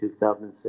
2006